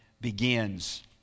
begins